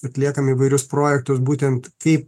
atliekam įvairius projektus būtent kaip